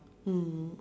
mm